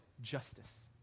justice